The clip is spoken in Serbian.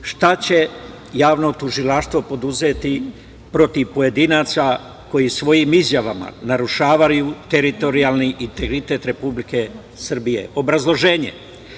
Šta će Javno tužilaštvo poduzeti protiv pojedinaca koji svojim izjavama narušavaju teritorijalni integritet Republike Srbije? Obrazloženje.